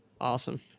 Awesome